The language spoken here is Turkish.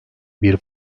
bir